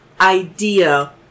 Idea